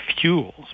fuels